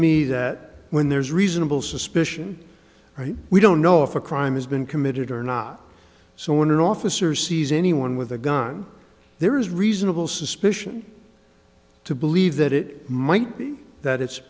me that when there's reasonable suspicion right we don't know if a crime has been committed or not so when an officer sees anyone with a gun there is reasonable suspicion to believe that it might be that it's